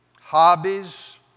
hobbies